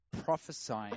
prophesying